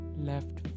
left